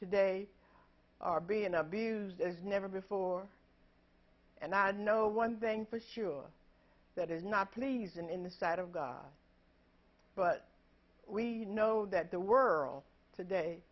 today are being abused as never before and i know one thing for sure that is not please and in the sight of god but we know that the world today